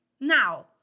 Now